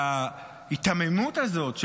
וההיתממות הזאת,